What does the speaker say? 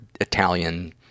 Italian